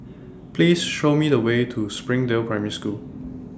Please Show Me The Way to Springdale Primary School